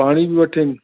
पाणी बि वठनि